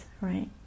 right